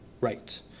right